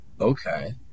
Okay